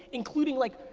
including like,